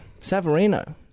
Savarino